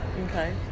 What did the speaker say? Okay